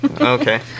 okay